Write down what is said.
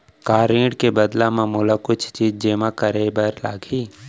का ऋण के बदला म मोला कुछ चीज जेमा करे बर लागही?